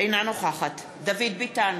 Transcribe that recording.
אינה נוכחת דוד ביטן,